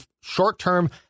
short-term